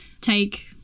take